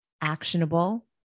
actionable